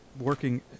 working